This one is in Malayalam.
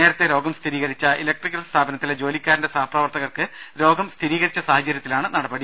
നേരത്തെ രോഗം സ്ഥിരീകരിച്ച ഇലക്ട്രിക്കൽ സ്ഥാപനത്തിലെ ജോലിക്കാരന്റെ സഹപ്രവർത്തകർക്ക് രോഗം സ്ഥിരീകരിച്ച സഹാചര്യത്തിലാണ് നടപടി